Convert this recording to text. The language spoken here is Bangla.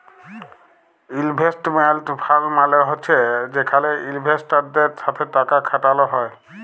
ইলভেস্টমেল্ট ফাল্ড মালে হছে যেখালে ইলভেস্টারদের সাথে টাকা খাটাল হ্যয়